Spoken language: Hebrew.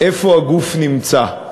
איפה הגוף נמצא.